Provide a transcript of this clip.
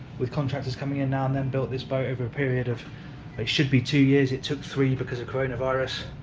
with contractors coming in now and then, built this boat over a period of, it should be two years, it took three because of coronavirus,